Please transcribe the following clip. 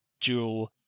dual